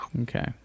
okay